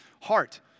heart